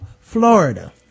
florida